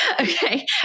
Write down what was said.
Okay